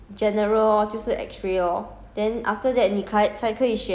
first two year 是 um